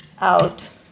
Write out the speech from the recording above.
out